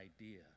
idea